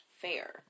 fair